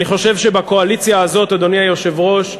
אני חושב שבקואליציה הזאת, אדוני היושב-ראש,